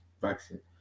vaccine